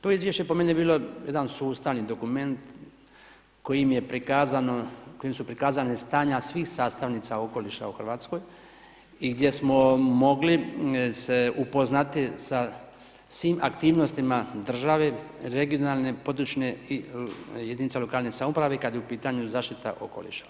To izvješće je po meni bilo jedan sustavni dokument kojim je prikazano, kojim su prikazana stanja svih sastavnica okoliša u Hrvatskoj i gdje smo mogli se upoznati sa svim aktivnostima države, regionalne, područje i jedinica lokalne samouprave kada je u pitanju zaštita okoliša.